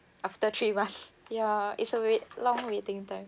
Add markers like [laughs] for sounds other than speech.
after three month [laughs] ya it's a wait long waiting time